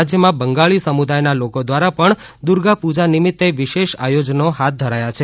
રાજ્યમાં બંગાળી સમુદાયના લોકો દ્વારા પણ દુર્ગાપૂજા નિમિત્તે વિશેષ આયોજનો હાથ ધરાયાં છે